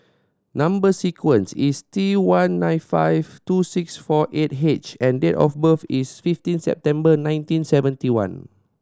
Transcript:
number sequence is T one nine five two six four eight H and date of birth is fifteen September nineteen seventy one